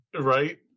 Right